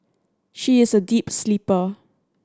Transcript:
she is a deep sleeper